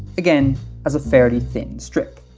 again as a fairly thin strip.